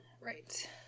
Right